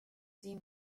sie